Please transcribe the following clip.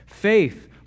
Faith